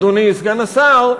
אדוני סגן השר,